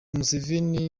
museveni